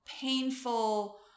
painful